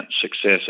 success